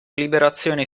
liberazione